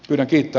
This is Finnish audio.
rekiltä